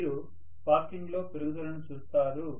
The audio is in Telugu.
మీరు స్పార్కింగ్లో పెరుగుదలను చూస్తారు